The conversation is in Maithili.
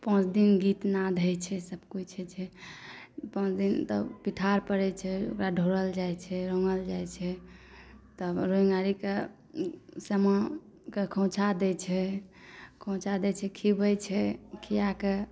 पाँच दिन गीत नाद होइ छै सब किछु होइ छै पाँच दिन तऽ पिठार पड़ै छै ओकरा ढ़़ौरल जाइ छै रंङ्गल जाइ छै तब रङ्ग ओहेरके सामाके खोइछा दै छै खोइछा दै छै खीयाबै छै खियाके